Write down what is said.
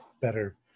better